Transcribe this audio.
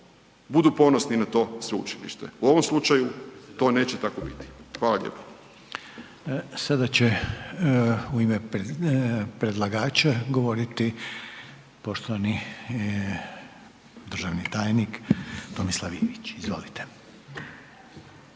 budu ponosni na to sveučilište. U ovom slučaju to neće tako biti. Hvala lijepo. **Reiner, Željko (HDZ)** Sada će u ime predlagača govoriti poštovani državni tajnik Tomislav Ivić, izvolite.